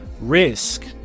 risk